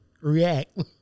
react